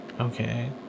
Okay